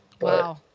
Wow